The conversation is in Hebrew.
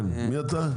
כן מי אתה?